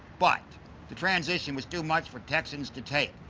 but the transition was too much for texans to take.